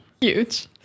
Huge